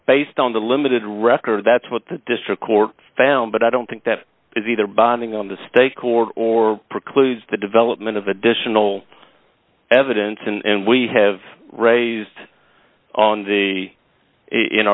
based on the limited record that's what the district court found but i don't think that is either binding on the state court or precludes the development of additional evidence and we have raised on the in